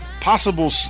possible